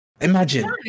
imagine